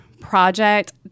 project